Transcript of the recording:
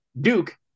Duke